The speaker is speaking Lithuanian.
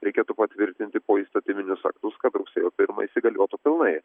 reikėtų patvirtinti poįstatyminius aktus kad rugsėjo pirmą įsigaliotų pilnai